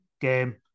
game